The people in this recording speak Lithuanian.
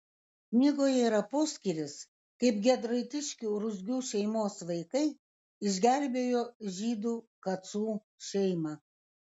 knygoje yra poskyris kaip giedraitiškių ruzgių šeimos vaikai išgelbėjo žydų kacų šeimą